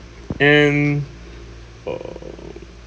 and um